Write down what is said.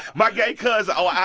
my gay cousin oh,